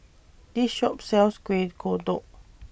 This Shop sells Kueh Kodok